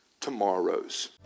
tomorrows